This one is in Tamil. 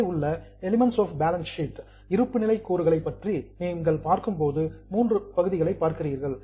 மேலே உள்ள எலிமெண்ட்ஸ் ஆஃப் பேலன்ஸ் ஷீட் இருப்புநிலை கூறுகளை நீங்கள் பார்க்கும்போது மூன்று பகுதிகளை பார்க்கிறீர்கள்